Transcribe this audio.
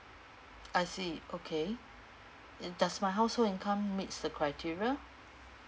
I see okay and does my household income meets the criteria